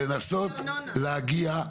לנסות להגיע,